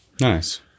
Nice